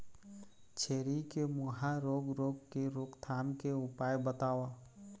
छेरी के मुहा रोग रोग के रोकथाम के उपाय बताव?